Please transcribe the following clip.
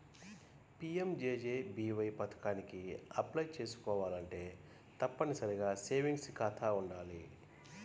PMJJBY పథకానికి apply చేసుకోవాలంటే తప్పనిసరిగా సేవింగ్స్ ఖాతా వుండాలి